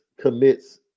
commits